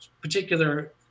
particular